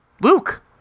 Luke